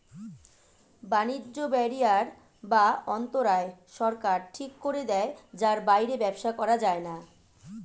বাণিজ্য ব্যারিয়ার বা অন্তরায় সরকার ঠিক করে দেয় যার বাইরে ব্যবসা করা যায়না